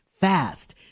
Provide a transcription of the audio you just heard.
fast